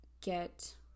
get